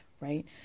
right